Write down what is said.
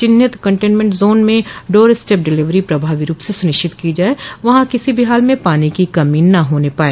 चिन्हित कन्टेनमेन्ट जोनों में डोर स्टेप डिलीवरी प्रभावी रूप से सुनिश्चित की जाए वहां किसी भी हाल में पानी की कमी न होने पाए